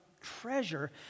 treasure